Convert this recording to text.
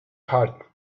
heart